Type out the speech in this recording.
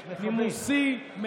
נימוסי.